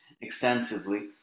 extensively